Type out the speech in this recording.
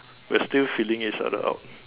we are still feeling each other out